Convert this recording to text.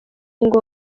ngombwa